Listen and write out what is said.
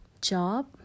job